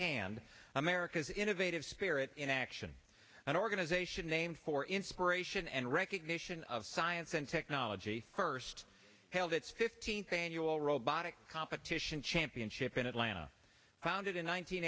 firsthand america's innovative spirit in action an organization named for inspiration and recognition of science and technology first held its fifteenth annual robotics competition championship in atlanta founded in